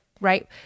right